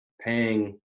paying